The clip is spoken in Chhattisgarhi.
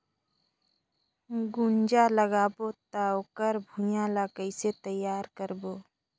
गुनजा लगाबो ता ओकर भुईं ला कइसे तियार करबो?